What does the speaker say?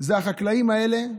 הם החקלאים האלה,